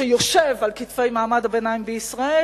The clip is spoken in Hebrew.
שיושב על כתפי מעמד הביניים בישראל,